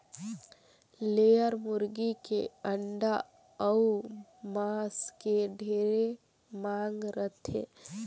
layer मुरगी के अंडा अउ मांस के ढेरे मांग रहथे